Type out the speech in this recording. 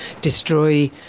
destroy